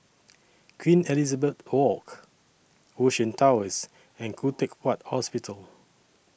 Queen Elizabeth Walk Ocean Towers and Khoo Teck Puat Hospital